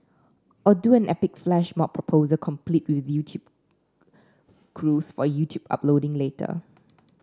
or do an epic flash mob proposal complete with crews for YouTube uploading later